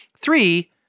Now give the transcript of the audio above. Three